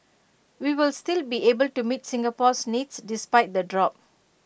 we will still be able to meet Singapore's needs despite the drop